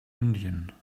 indien